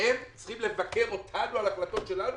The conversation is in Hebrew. הם צריכים לבקר אותנו על ההחלטות שלנו,